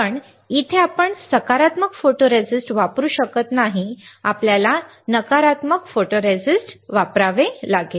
तर इथे आपण सकारात्मक फोटोरिस्टिस्ट वापरू शकत नाही आपल्याला नकारात्मक फोटोरिस्टिस्ट वापरावे लागेल